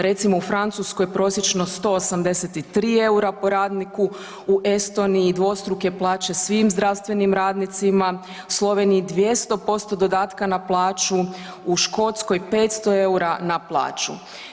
Recimo u Francuskoj prosječno 183 EUR-a po radniku, u Estoniji dvostruke plaće svim zdravstvenim radnicima, u Sloveniji 200% dodatka na plaću, u Škotskoj 500 EUR-a na plaću.